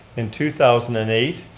in two thousand and eight,